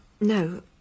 No